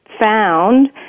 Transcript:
found